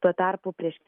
tuo tarpu prieš